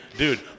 Dude